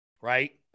Right